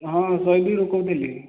ହଁ ମୁଁ କହୁଥିଲି